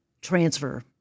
transfer